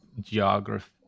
geography